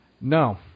No